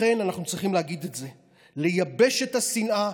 לכן אנחנו צריכים להגיד את זה: לייבש את השנאה,